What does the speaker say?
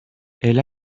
elle